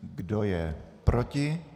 Kdo je proti?